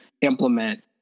implement